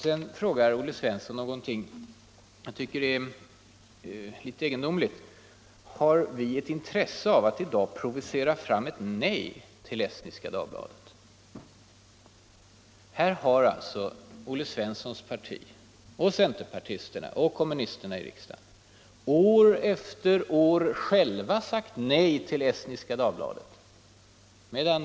Sedan ställde Olle Svensson en fråga som jag tycker är litet egendomlig: Har vi ett intresse av att i dag provocera fram ett nej till Estniska Dagbladet? Här har Olle Svenssons parti, centerpartisterna och kommunisterna i riksdagen år efter år själva sagt nej till Estniska Dagbladet.